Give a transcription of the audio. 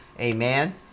amen